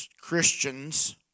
Christians